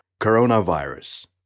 Coronavirus